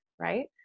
right